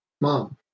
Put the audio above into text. mom